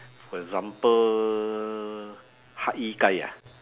for example hak-yi-kai ah